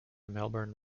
melbourne